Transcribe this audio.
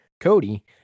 Cody